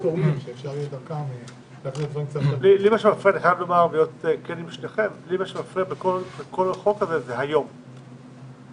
למשל מפריע בכל החוק הזה זה היום לציון.